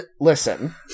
listen-